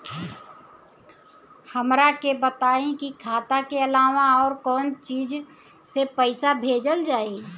हमरा के बताई की खाता के अलावा और कौन चीज से पइसा भेजल जाई?